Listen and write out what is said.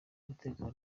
umutekano